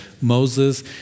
Moses